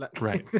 Right